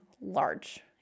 large